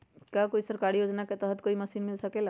का कोई सरकारी योजना के तहत कोई मशीन मिल सकेला?